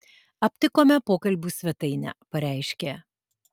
aptikome pokalbių svetainę pareiškė